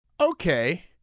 Okay